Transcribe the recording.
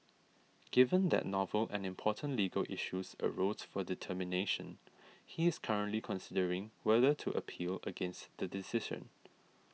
given that novel and important legal issues arose for determination he is currently considering whether to appeal against the decision